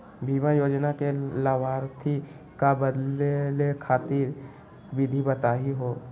बीमा योजना के लाभार्थी क बदले खातिर विधि बताही हो?